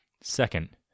Second